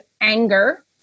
anger